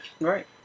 Right